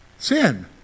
Sin